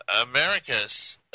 America's